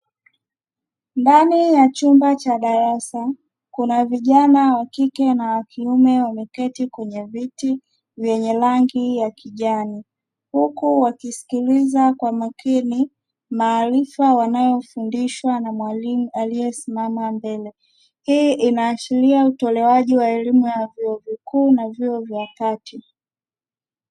Ndani ya chumba cha darasa kuna vijana wakike na wakiume wameketi kwenye viti vyenye rangi ya kijani huku wakisikiliza kwa makini maarifa wanayo fundishwa na mwalimu aliye simama mbele. Hii inaashiria utolewaji wa elimu ya vyuo vikuu na vyuo vya kati.